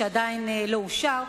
שעדיין לא אושר,